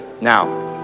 now